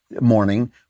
morning